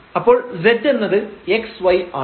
അപ്പോൾ z എന്നത് x y ആണ്